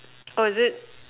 oh is it